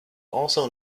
also